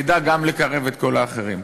נדע גם לקרב את כל האחרים.